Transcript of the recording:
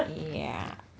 yeah